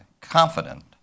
confident